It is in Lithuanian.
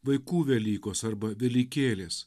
vaikų velykos arba velykėlės